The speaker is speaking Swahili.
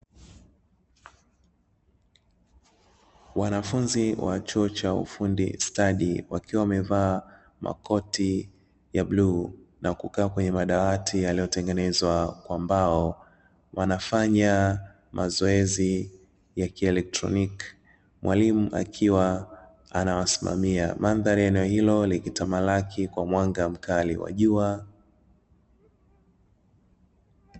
Wanafunzi wa chuo cha ufundi stadi wakiwa wamevaa makoti ya bluu na kukaa kwenye madawati yaliyotengenezwa kwa mbao, wanafanya mazoezi ya kielektroniki mwalimu akiwa anawasimamia. Mandhari ya eneo hilo ikitamalaki kwa mwanga mkali wa jua.